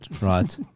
Right